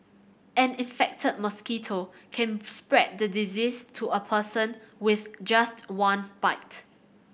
an infected mosquito can spread the disease to a person with just one bite